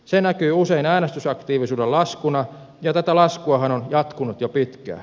se näkyy usein äänestysaktiivisuuden laskuna ja tätä laskuahan on jatkunut jo pitkään